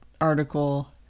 article